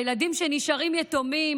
הילדים שנשארים יתומים,